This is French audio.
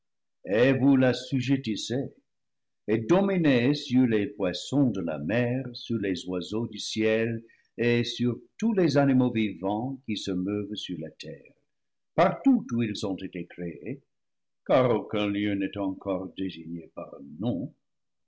et vous l'assu jettissez et dominez sur les poissons de la mer sur les oiseaux du ciel et sur tous les animaux vivants qui se meuvent sur la terre partout où ils ont été créés car aucun lieu n'est encore désigné par un nom